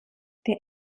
der